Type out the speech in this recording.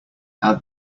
add